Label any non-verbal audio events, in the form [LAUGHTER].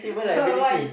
[LAUGHS] uh why